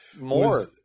more